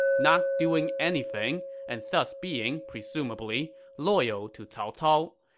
not doing anything and thus being, presumably, loyal to cao cao.